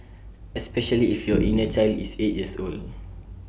especially if your inner child is eight years old